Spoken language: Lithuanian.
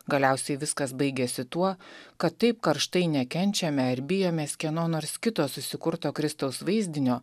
galiausiai viskas baigiasi tuo kad taip karštai nekenčiame ar bijomės kieno nors kito susikurto kristaus vaizdinio